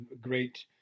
great